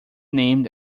named